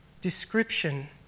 description